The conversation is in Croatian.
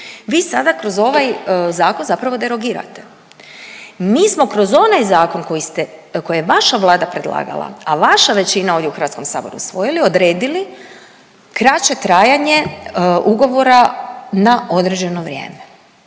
vi sada kroz ovaj Zakon zapravo derogirate. Mi smo kroz onaj zakon koji ste, koji je vaša vlada predlagala, a vaša većina ovdje u HS-u usvojili, odredili kraće trajanje ugovora na određeno vrijeme